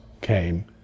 came